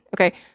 Okay